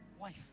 Wife